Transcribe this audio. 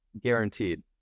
guaranteed